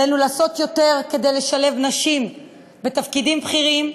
עלינו לעשות יותר כדי לשלב נשים בתפקידים בכירים,